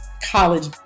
College